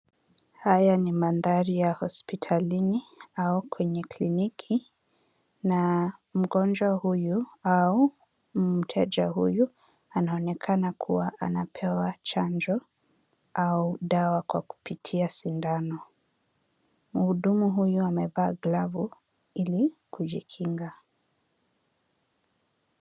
Haya ni mandhari ya hospitalini au kwenye kliniki, na mgonjwa huyu au mteja huyu anaonekana kuwa anapewa chanjo au dawa kupitia sindano. Mhudumu huyu amevaa glavu ili kujikinga.